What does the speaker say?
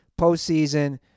postseason